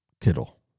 Kittle